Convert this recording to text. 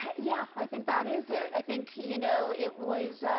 yeah. i think that is it. i think you know it was